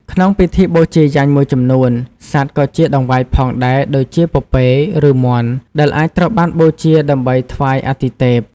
ក្នុងពិធីបូជាយញ្ញមួយចំនួន សត្វក៏ជាតង្វាផងដែរដូចជាពពែ ឬមាន់ ដែលអាចត្រូវបានបូជាដើម្បីថ្វាយអាទិទេព។